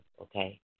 Okay